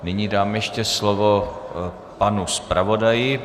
Nyní dám ještě slovo panu zpravodaji.